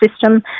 system